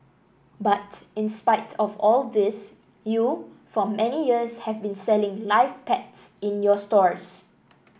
but in spite of all of this you for many years have been selling live pets in your stores